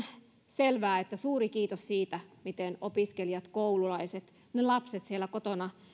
selvää että suuri kiitos siitä miten opiskelijat koululaiset ne lapset siellä kotona